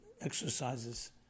exercises